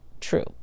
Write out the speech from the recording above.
true